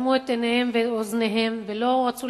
שאטמו את עיניהן ואת אוזניהן ולא רצו